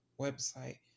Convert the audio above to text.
website